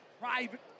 private